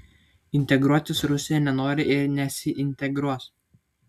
integruotis rusija nenori ir nesiintegruos